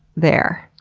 there!